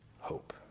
hope